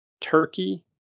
turkey